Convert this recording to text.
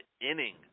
inning